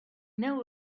know